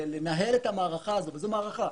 לנהל את המערכה הזאת וזו מערכה,